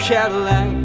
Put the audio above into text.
Cadillac